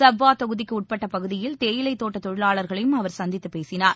சப்வா தொகுதிக்கு உட்பட்ட பகுதிகளில் தேயிலை தோட்ட தொழிலாளர்களையும் அவர் சந்தித்துப் பேசினார்